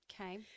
okay